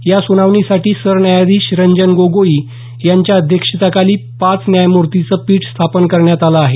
या सुनावणीसाठी सरन्यायाधीश रंजन गोगोई यांच्या अध्यक्षतेखाली पाच न्यायमूर्तींचं पीठ स्थापन करण्यात आलं आहे